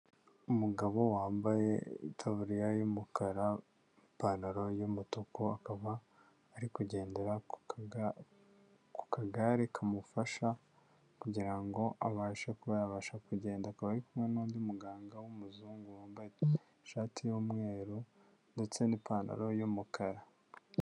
Umugabo wambaye itaburiya y'umukara, ipantaro y'umutuku, akaba ari kugendera ku kagare kamufasha kugira ngo abashe kuba yabasha kugenda, akaba ari kumwe n'undi muganga w'umuzungu wambaye ishati y'umweru ndetse n'ipantaro y'umukara.